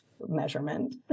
measurement